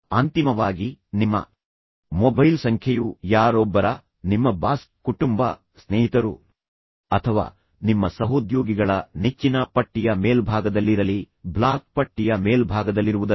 ಅಂತಿಮವಾಗಿ ನಿಮ್ಮ ಮೊಬೈಲ್ ಸಂಖ್ಯೆಯು ಯಾರೊಬ್ಬರ ನಿಮ್ಮ ಬಾಸ್ ಕುಟುಂಬ ಸ್ನೇಹಿತರು ಅಥವಾ ನಿಮ್ಮ ಸಹೋದ್ಯೋಗಿಗಳ ನೆಚ್ಚಿನ ಪಟ್ಟಿಯ ಮೇಲ್ಭಾಗದಲ್ಲಿರಲಿ ಬ್ಲಾಕ್ ಪಟ್ಟಿಯ ಮೇಲ್ಭಾಗದಲ್ಲಿರುವುದಲ್ಲ